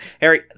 Harry